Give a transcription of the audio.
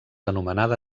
anomenada